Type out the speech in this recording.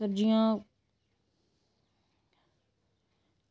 सब्जियां